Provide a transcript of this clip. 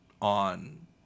on